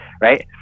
Right